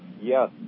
Yes